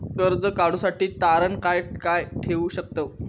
कर्ज काढूसाठी तारण काय काय ठेवू शकतव?